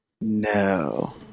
No